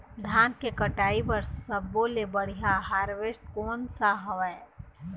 धान के कटाई बर सब्बो ले बढ़िया हारवेस्ट कोन सा हवए?